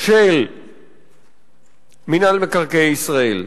של מינהל מקרקעי ישראל,